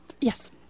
Yes